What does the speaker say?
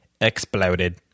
exploded